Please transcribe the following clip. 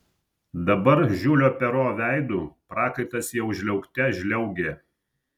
dabar žiulio pero veidu prakaitas jau žliaugte žliaugė